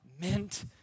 meant